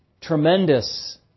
tremendous